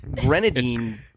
grenadine